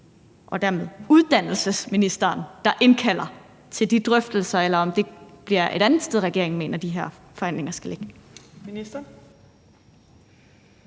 og dermed er uddannelsesministeren, der indkalder til de drøftelser, eller om det bliver et andet sted, regeringen mener de her forhandlinger skal ligge.